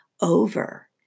over